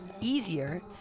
easier